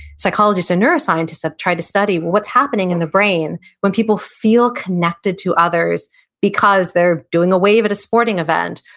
psychologists and neuroscientists have tried to study, what's happening in the brain when people feel connected to others because they're doing a wave at a sporting event,